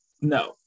no